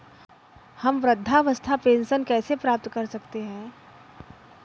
हम वृद्धावस्था पेंशन कैसे प्राप्त कर सकते हैं?